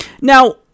Now